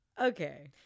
okay